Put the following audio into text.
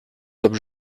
comme